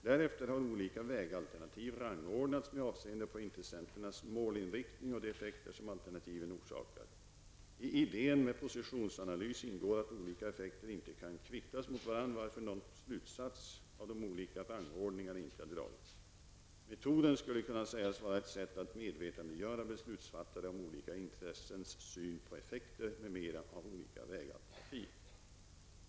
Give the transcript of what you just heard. Därefter har olika vägalternativ rangordnats med avseende på intressenternas målinriktning och de effekter som alternativen orsakar. I idén med positionsanalys ingår att olika effekter inte kan kvittas mot varandra, varför någon slutsats av de olika rangordningarna inte har dragits. Metoden skulle kunna sägas vara ett sätt att medvetandegöra beslutsfattare om olika intressens syn på effekter m.m. av olika vägalternativ.